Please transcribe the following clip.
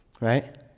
Right